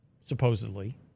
supposedly